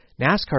NASCAR